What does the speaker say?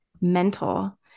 mental